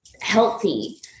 healthy